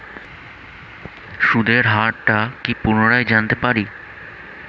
সুদের হার টা কি পুনরায় জানতে পারি?